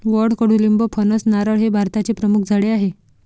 वड, कडुलिंब, फणस, नारळ हे भारताचे प्रमुख झाडे आहे